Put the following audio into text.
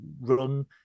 run